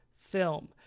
film